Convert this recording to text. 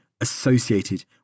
associated